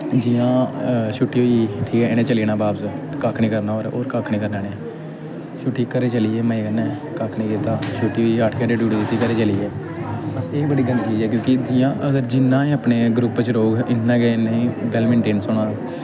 जि'यां छुट्टी होई गेई इ'नें चली जाना बापस कक्ख निं करना होर होर कक्ख निं करना इ'नें छुट्टी घरै गी चली गे मजे कन्नै कक्ख निं कीता छुट्टी होई गेई अट्ठ घैंटे डयूटी दित्ती घरै गी चली गे बस एह् बड़ी गलत चीज ऐ क्योंकि जि'यां अगर जिन्ना एह् अपने ग्रुप च रौह्ग इन्ना गै बैल्ल मेन्टेनेंस होना